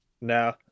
No